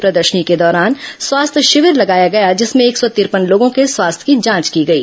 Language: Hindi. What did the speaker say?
प्रदर्शनी के दौरान स्वास्थ्य शिविर लगाया गया जिसमें एक सौ तिरपन लोगों के स्वास्थ्य की जांच की गई